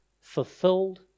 fulfilled